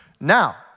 Now